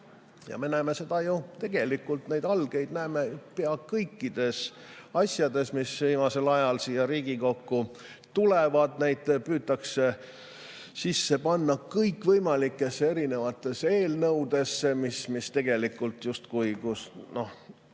Me näeme ju tegelikult neid algeid pea kõikides asjades, mis viimasel ajal siia Riigikokku on tulnud. Neid püütakse sisse panna kõikvõimalikesse erinevatesse eelnõudesse, mis tegelikult justkui oleks